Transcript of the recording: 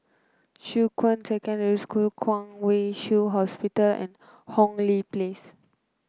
Shuqun Secondary School Kwong Wai Shiu Hospital and Hong Lee Place